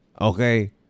okay